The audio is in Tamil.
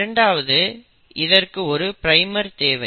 இரண்டாவது இதற்கு ஒரு பிரைமர் தேவை